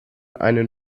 einen